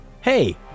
Hey